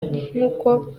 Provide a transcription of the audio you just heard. nk’uko